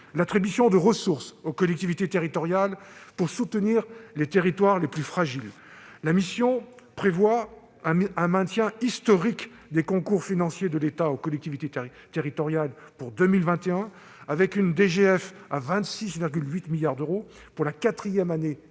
l'attribution de ressources aux collectivités territoriales pour soutenir les territoires les plus fragiles. La mission prévoit un maintien historique des concours financiers de l'État aux collectivités territoriales pour 2021, avec une dotation globale de fonctionnement (DGF) à 26,8 milliards d'euros pour la quatrième année